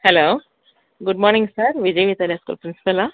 hello good morning sir Vijay school ப்ரின்ஸ்பல்லா